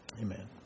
Amen